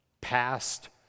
past